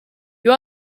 you